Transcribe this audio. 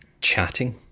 chatting